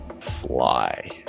fly